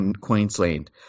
Queensland